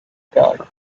gag